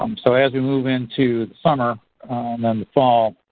um so as we move into summer and then the fall,